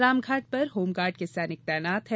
रामघाट पर होमगार्ड के सैनिक तैनात है